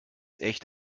echt